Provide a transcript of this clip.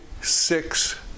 six